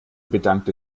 bedankte